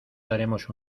daremos